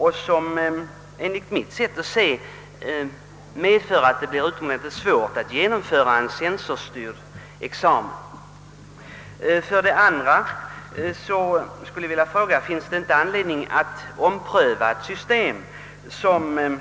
Detta skulle enligt mitt sätt att se medföra att det blir utomordentligt svårt att genomföra en censorstyrd examen, För det andra skulle jag vilja fråga, om det inte finns anledning att ompröva ett system, som